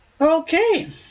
Okay